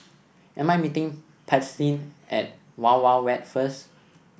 am I meeting Paityn at Wild Wild Wet first